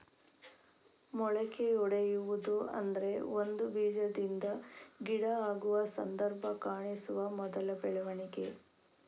ಮೊಳಕೆಯೊಡೆಯುವುದು ಅಂದ್ರೆ ಒಂದು ಬೀಜದಿಂದ ಗಿಡ ಆಗುವ ಸಂದರ್ಭ ಕಾಣಿಸುವ ಮೊದಲ ಬೆಳವಣಿಗೆ